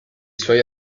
suoi